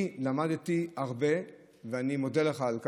אני למדתי הרבה, ואני מודה לך על כך.